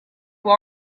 who